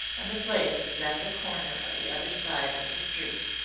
and the place is at the corner of the other side of the street.